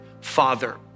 Father